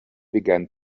began